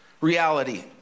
reality